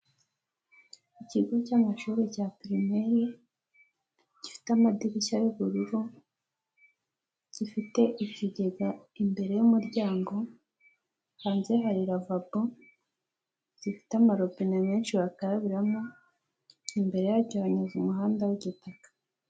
Ikigo cy'amashuri cya pirimeri gifite amadirishya y'ubururu, gifite ikigega imbere y'umuryango, hanze amaravabo zifite amarobine menshi bakarabiramo, imbere yacyo hanyuze umuhanda w'igitaka.